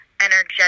energetic